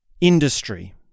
industry